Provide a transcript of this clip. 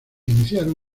iniciaron